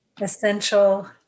essential